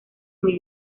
muy